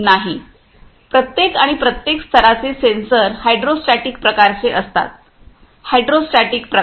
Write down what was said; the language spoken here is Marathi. नाही प्रत्येक आणि प्रत्येक स्तराचे सेन्सर हायड्रोस्टॅटिक प्रकारचे असतात हायड्रोस्टेटिक्स प्रकार